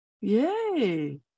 Yay